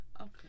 Okay